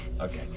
Okay